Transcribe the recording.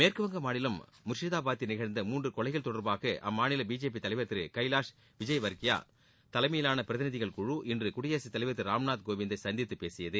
மேற்குவங்க மாநிலம் முர்ஷிதாபாத்தில் நிகழ்ந்த மூன்று கொலைகள் தொடர்பாக அம்மாநில பிஜேபி தலைவர் திரு கைவாஷ் விஜய்வர்க்கியா தலைமையிலான பிரதிநிதிகள் குழ இன்று குடியரசுத் தலைவர் திரு ராம்நாத் கோவிந்தை சந்தித்துப் பேசியது